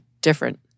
different